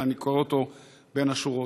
ואני קורא אותו בין השורות.